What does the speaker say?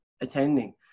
attending